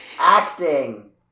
Acting